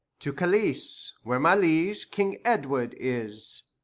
to callice, where my liege, king edward, is.